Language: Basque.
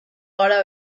gara